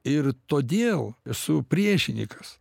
ir todėl esu priešinikas